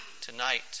tonight